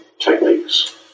techniques